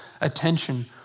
attention